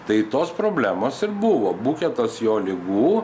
tai tos problemos ir buvo buketas jo ligų